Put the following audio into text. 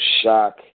shock